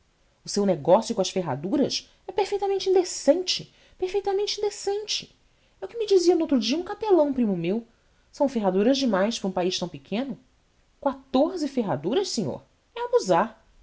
o seu negócio com as ferraduras é perfeitamente indecente perfeitamente indecente é o que me dizia noutro dia um capelão primo meu são ferraduras de mais ara um país tão pequeno quatorze ferraduras senhor é abusar